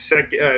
second